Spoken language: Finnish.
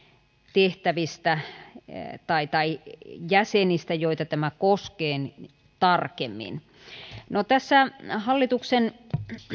tehtävistä tai tai jäsenistä joita tämä koskee tarkemmin no tässä hallituksen